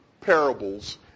parables